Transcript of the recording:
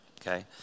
okay